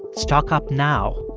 stock up now.